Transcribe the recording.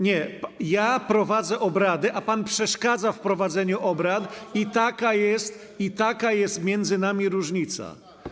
Nie, ja prowadzę obrady, a pan przeszkadza w prowadzeniu obrad, i taka jest między nami różnica.